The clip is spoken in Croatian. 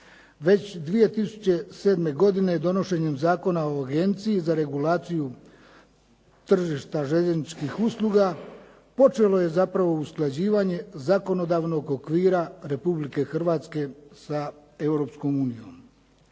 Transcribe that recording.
Već 2007. godine donošenjem Zakona o Agenciji za regulaciju tržišta željezničkih usluga počelo je zapravo usklađivanje zakonodavnog okvira Republike Hrvatske sa